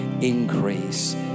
increase